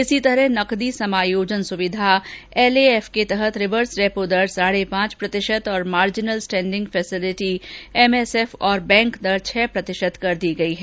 इसी तरह नकदी समायोजन सुविधा एल ए एफ के तहत रिवर्स रेपो दर साढे पांच प्रतिशत और मार्जिनल स्टैंडिंग फैसेलिटी एमएसएफ और बैंक दर छह प्रतिशत कर दी गई है